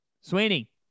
Sweeney